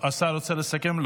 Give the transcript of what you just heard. השר רוצה לסכם?